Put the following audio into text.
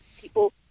People